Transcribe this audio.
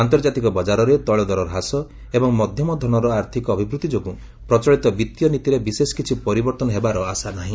ଆନ୍ତର୍ଜାତିକ ବଜାରରେ ତେଳଦର ହ୍ରାସ ଏବଂ ମଧ୍ୟମଧରଣର ଆର୍ଥିକ ଅଭିବୃଦ୍ଧି ଯୋଗୁଁ ପ୍ରଚଳିତ ବିଭୀୟ ନୀତିରେ ବିଶେଷ କିଛି ପରିବର୍ତ୍ତନ ହେବାର ଆଶା ନାହିଁ